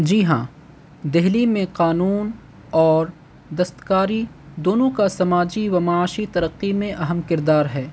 جی ہاں دہلی میں قانون اور دستکاری دونوں کا سماجی و معاشی ترقی میں اہم کردار ہے